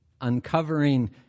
Uncovering